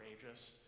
courageous